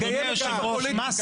היא קיימת גם בפוליטיקה.